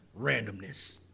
Randomness